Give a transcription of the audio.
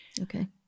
Okay